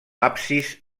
absis